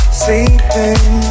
sleeping